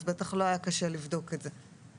אז בטח לא היה קשה לבדוק את זה.